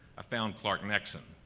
found clark nexxum.